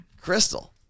Crystal